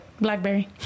Blackberry